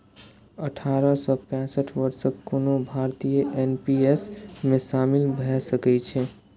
अठारह सं पैंसठ वर्षक कोनो भारतीय एन.पी.एस मे शामिल भए सकै छै